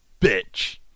bitch